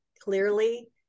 clearly